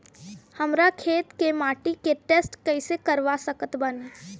हमरा खेत के माटी के टेस्ट कैसे करवा सकत बानी?